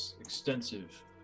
Extensive